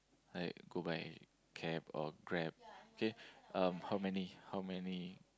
like go by cab or Grab okay um how many how many